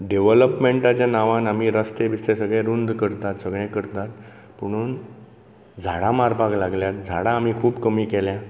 डेवलॉपमेंटाच्या नांवान आमी रस्ते बिस्ते सगळे रूंद करतात सगळें करतात पूण झाडां मारपाक लागल्यांत झाडां आमी खूब कमी केल्यांत